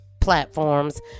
platforms